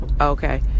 Okay